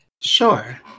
Sure